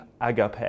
agape